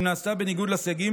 אם נעשתה בניגוד לסייגים,